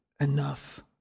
enough